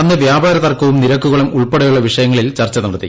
അന്ന് വ്യാപാര തർക്കവും നിരക്കുകളും ഉൾപ്പെടെയുള്ള വിഷയങ്ങളിൽ ചർച്ച നടത്തി